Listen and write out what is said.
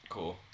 Cool